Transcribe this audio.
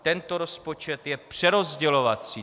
Tento rozpočet je přerozdělovací.